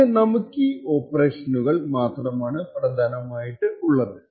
പക്ഷെ നമുക്കീ ഓപ്പറേഷനുകൾ മാത്രമാണ് പ്രധാനമായിട്ടുള്ളത്